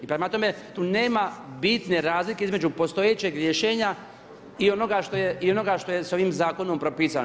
I prema tome, tu nema bitne razlike između postojećeg rješenja i onoga što je s ovim zakonom propisano.